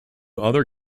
other